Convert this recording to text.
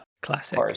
Classic